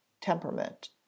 temperament